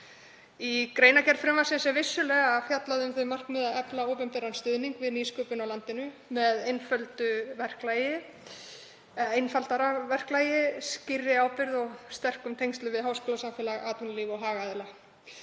Í greinargerð frumvarpsins er vissulega fjallað um þau markmið að efla opinberan stuðning við nýsköpun í landinu með einföldu verklagi, skýrri ábyrgð og sterkum tengslum við háskólasamfélag, atvinnulíf og hagaðila.